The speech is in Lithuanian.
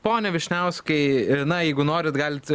pone vyšniauskai na jeigu norit galit